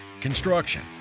construction